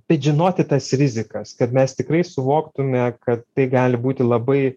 bet žinoti tas rizikas kad mes tikrai suvoktume kad tai gali būti labai